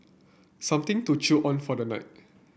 something to chew on for tonight